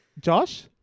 Josh